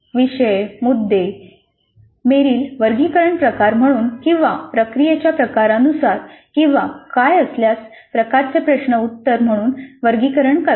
विषय मुद्दे मेरील वर्गीकरण प्रकार म्हणून किंवा प्रक्रियेच्या प्रकारानुसार किंवा काय असल्यास प्रकारचे प्रश्न उत्तर म्हणून वर्गीकरण करतो